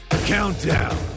Countdown